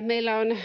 Meillä on